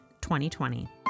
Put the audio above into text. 2020